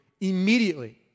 immediately